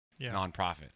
nonprofit